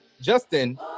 Justin